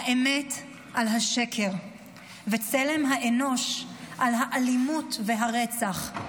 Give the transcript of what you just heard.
האמת על השקר וצלם האנוש על האלימות והרצח.